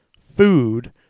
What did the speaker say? food